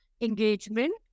engagement